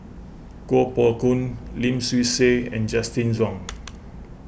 Kuo Pao Kun Lim Swee Say and Justin Zhuang